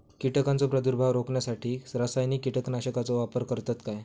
कीटकांचो प्रादुर्भाव रोखण्यासाठी रासायनिक कीटकनाशकाचो वापर करतत काय?